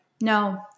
no